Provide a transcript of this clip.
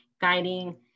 guiding